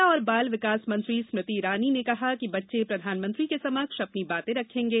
महिला और बाल विकास मंत्री स्मृति ईरानी ने कहा कि बच्चे प्रधानमंत्री के समक्ष अपनी बाते रखेंगे